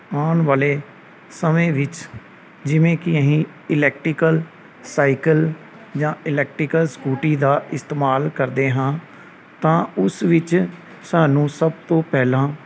ਆਉਣ ਵਾਲੇ ਸਮੇਂ ਵਿੱਚ ਜਿਵੇਂ ਕਿ ਅਸੀਂ ਇਲੈਕਟੀਕਲ ਸਾਈਕਲ ਜਾਂ ਇਲੈਕਟੀਕਲ ਸਕੂਟੀ ਦਾ ਇਸਤੇਮਾਲ ਕਰਦੇ ਹਾਂ ਤਾਂ ਉਸ ਵਿੱਚ ਸਾਨੂੰ ਸਭ ਤੋਂ ਪਹਿਲਾਂ